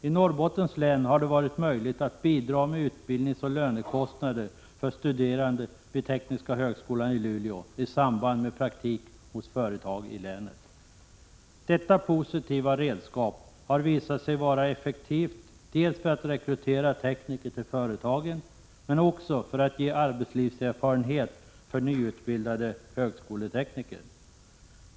I Norrbottens län har det varit möjligt att bidra med utbildningsoch lönekostnader för studerande vid tekniska högskolan i Luleå i samband med praktik hos företag i länet. Detta positiva redskap har visat sig vara effektivt för att rekrytera tekniker till företagen men också för att ge arbetslivserfaren het för nyutbildade högskoletekniker.